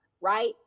right